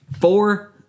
Four